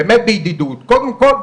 באמת בידידות קודם כול,